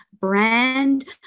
brand